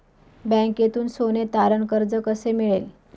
बँकेतून सोने तारण कर्ज कसे मिळेल?